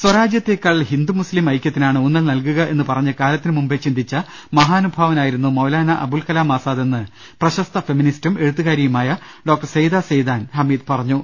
സ്വരാജ്യത്തേക്കാൾ ഹിന്ദു മുസ്ലിം ഐക്യത്തിനാണ് ഊന്നൽ നൽകുക എന്ന് പറഞ്ഞ കാലത്തിന് മുമ്പേ ചിന്തിച്ച മഹാനുഭാവനായിരുന്നു മൌലാനാ അബുൾ കലാം ആസാദ് എന്ന് പ്രശസ്ത ഫെമിനിസ്റ്റും എഴുത്തുകാരിയുമായ ഡോക്ടർ സെയ്ദ സെയ്ദാൻ ഹമീദ് പറഞ്ഞു